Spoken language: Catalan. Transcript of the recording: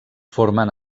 formen